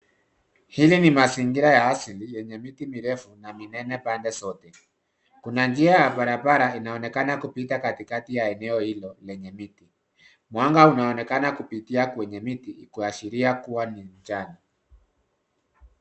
Hili ni mazingira ya asili yenye miti mirefu na minene pande zote. Kuna njia ya barabara inaonekana kupita katikati ya eneo hilo lenye miti. Mwanga unaonekana kupitia kwenye miti kuashiria kuwa ni mchana.